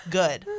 good